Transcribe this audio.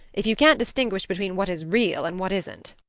if you can't distinguish between what is real and what isn't,